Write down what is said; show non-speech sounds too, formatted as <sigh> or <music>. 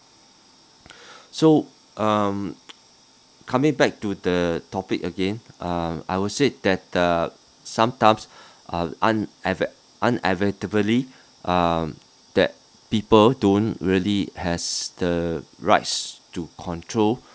<breath> so um coming back to the topic again um I would say that the sometimes are unava~ inevitably um that people don't really has the rights to control <breath>